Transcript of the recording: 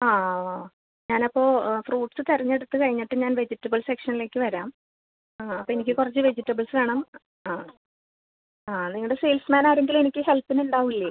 ആ ആ ആ ഞാൻ അപ്പോൾ ഫ്രൂട്ട്സ് ത് തിരഞ്ഞെടുത്ത് കഴിഞ്ഞിട്ട് ഞാൻ വെജിറ്റബിൾ സെക്ഷനിലേക്ക് വരാം ആ അപ്പം എനിക്ക് കുറച്ച് വെജിറ്റബിൾസ് വേണം ആ ആ നിങ്ങളുടെ സെയിൽസ്മാൻ ആരെങ്കിലും എനിക്ക് ഹെൽപ്പിനുണ്ടാവില്ലേ